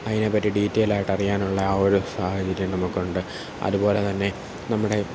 അതിനെപ്പറ്റി ഡീറ്റയിലായിട്ട് അറിയാനുള്ള ആ ഒരു സാഹചര്യം നമുക്കുണ്ട് അതുപോലെ തന്നെ നമ്മുടെ